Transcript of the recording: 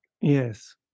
Yes